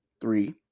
three